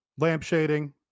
lampshading